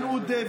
לאיימן עודה,